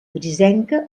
grisenca